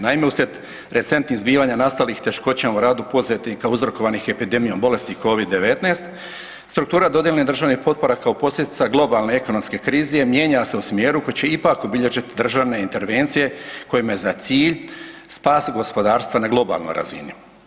Naime, uslijed recentnih zbivanja nastalih teškoćama u radu poduzetnika uzrokovanih epidemijom bolesti covid 19 struktura dodjele državnih potpora kao posljedica globalne ekonomske krize mijenja se u smjeru koji će ipak obilježiti državne intervencije kojima je za cilj spasiti gospodarstvo na globalnoj razini.